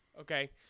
Okay